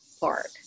park